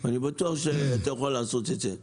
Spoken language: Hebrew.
אני בטוח שאתה יכול לעשות את זה.